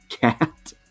cat